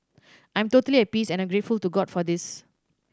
I'm totally at peace and I'm grateful to God for this